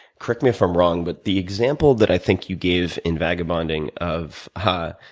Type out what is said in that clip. correct me if i'm wrong, but the example that i think you gave in vagabonding of um ah